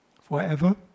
forever